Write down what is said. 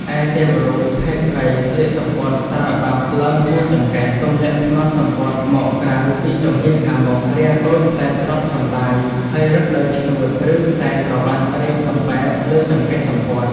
ឯទេវរូបភេទស្រីស្លៀកសំពត់សារបាប់ឡើងហួសចង្កេះ ទម្លាក់ផ្នត់សំពត់មកក្រៅចំពីខាងមុខ រាងដូចផ្លែត្រប់សណ្ដាយ ហើយរឹតដោយឈ្នួត ឬខ្សែក្រវាត់រាងសំប៉ែតលើចង្កេះសំពត់។